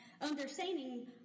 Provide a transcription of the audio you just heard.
understanding